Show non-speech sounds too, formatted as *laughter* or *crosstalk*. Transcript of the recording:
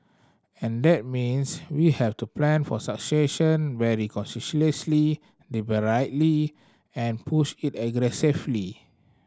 and that means we have to plan for succession very consciously *unintelligible* and push it aggressively